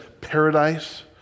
paradise